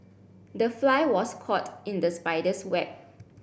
the fly was caught in the spider's web